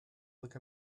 look